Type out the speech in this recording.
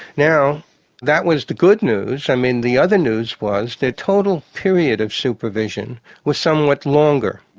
now that was the good news, i mean the other news was the total period of supervision was somewhat longer.